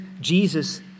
Jesus